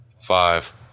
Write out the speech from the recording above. Five